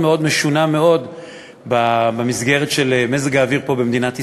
מאוד במסגרת מזג האוויר פה במדינת ישראל.